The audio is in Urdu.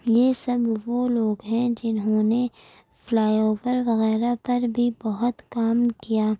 یہ سب وہ لوگ ہیں جنہوں نے فلائی اوور وغیرہ پر بھی بہت کام کیا